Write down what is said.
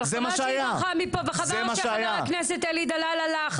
חבל שהיא ברחה מפה וחבל שחבר הכנסת אלי דלל הלך,